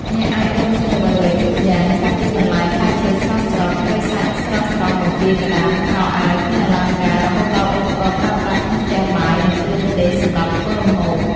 អ្នកអាចរកឃើញអ្វីៗគ្រប់យ៉ាង ចាប់ពីបន្លែផ្លែឈើស្រស់ៗ ត្រីសាច់ស្រស់ៗ បង្គាក្តាម ខោអាវ គ្រឿងអលង្ការ រហូតដល់ឧបករណ៍ប្រើប្រាស់ក្នុងផ្ទះបាយ និងគ្រឿងទេសសម្រាប់ធ្វើម្ហូប។